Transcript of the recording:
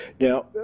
Now